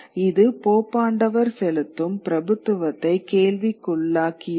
இது போப்பாண்டவர் செலுத்தும் பிரபுத்துவத்தை கேள்விக்குள்ளாக்கியது